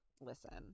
listen